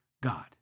God